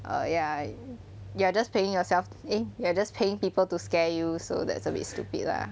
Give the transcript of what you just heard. err ya you are just paying yourself eh you are just paying people to scare you so that's a bit stupid lah